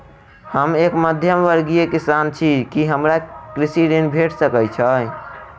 हम एक मध्यमवर्गीय किसान छी, की हमरा कृषि ऋण भेट सकय छई?